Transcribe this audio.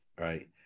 Right